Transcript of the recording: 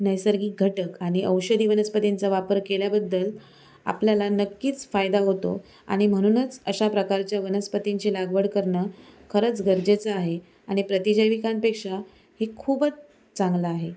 नैसर्गिक घटक आणि औषधी वनस्पतींचा वापर केल्याबद्दल आपल्याला नक्कीच फायदा होतो आणि म्हणूनच अशाप्रकारच्या वनस्पतींची लागवड करणं खरंच गरजेचं आहे आणि प्रतिजैविकांपेक्षा हे खूपच चांगलं आहे